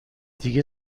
دیگه